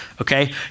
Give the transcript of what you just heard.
Okay